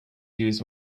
use